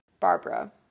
Barbara